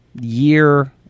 year